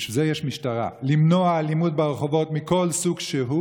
ובשביל זה יש משטרה: למנוע אלימות ברחובות מכל סוג שהוא